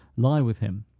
lie with him,